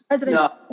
No